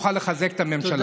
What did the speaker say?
נוכל לחזק את הממשלה.